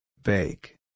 Bake